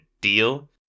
Deal